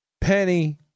Penny